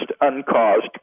uncaused